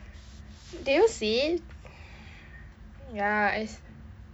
did you see it ya as